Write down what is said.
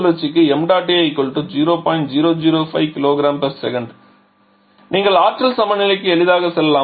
005 kgs நீங்கள் ஆற்றல் சமநிலைக்கு எளிதாக செல்லலாம்